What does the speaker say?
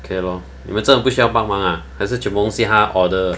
okay lor 你们真的不需要帮忙 ah 还是全部东西他 order